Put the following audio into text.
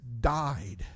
died